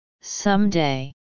Someday